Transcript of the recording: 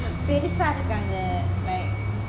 பெருசா இருகாங்க:perusa irukanga like